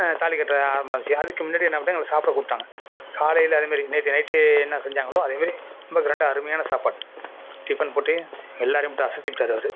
தாலி கட்ட ஆரம்பமாச்சி அதுக்கு முன்னாடி என்ன பண்ணிட்டாங்க சாப்பிட கூப்பிட்டாங்க காலையில் அதே மாரி நேற்று நைட்டே என்ன செஞ்சாங்களோ அதே மாரி ரொம்ப க்ராண்டா அருமையான சாப்பாடு டிஃபன் போட்டு எல்லாரையும் போட்டு அசத்திப்புட்டார் அவர்